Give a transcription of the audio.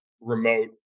remote